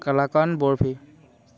কালাকান Barfi